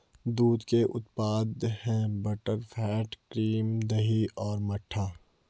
दूध के उत्पाद हैं बटरफैट, क्रीम, दही और मट्ठा